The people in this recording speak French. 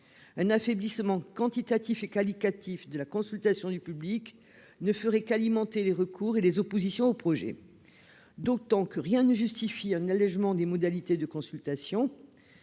Un affaiblissement quantitatif et qualitatif de la consultation du public ne ferait qu'alimenter les recours et les oppositions aux projets, d'autant que rien ne justifie un allégement des modalités de consultation.